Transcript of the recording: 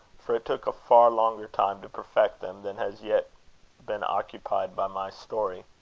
for it took a far longer time to perfect them than has yet been occupied by my story.